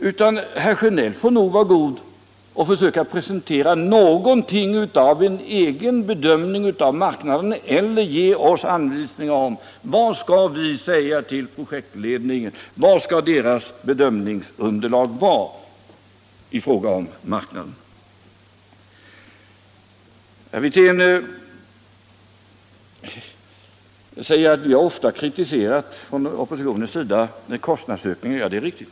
Herr Sjönell får nog försöka presentera någonting av en egen bedömning av marknaden eller också ge oss en anvisning om vad vi skall säga till projektledningen om bedömningsunderlaget i fråga om marknaden. Herr Wirtén säger att oppositionen ofta har kritiserat kostnadsökningen. Ja, det är riktigt.